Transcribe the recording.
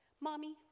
Mommy